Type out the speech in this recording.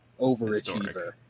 overachiever